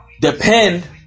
Depend